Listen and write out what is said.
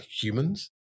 humans